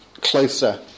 closer